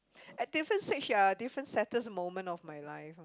at different stage uh there are different saddest moment of my life